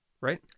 right